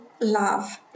love